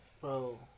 Bro